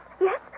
yes